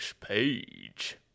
page